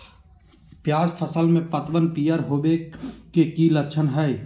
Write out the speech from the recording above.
प्याज फसल में पतबन पियर होवे के की लक्षण हय?